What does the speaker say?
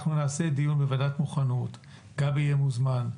אנחנו נעשה דיון בוועדת מוכנות, גבי יהיה מוזמן,